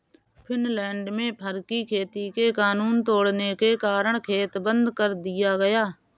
Finland में फर की खेती के कानून तोड़ने के कारण खेत बंद कर दिया गया